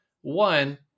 One